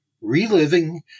Reliving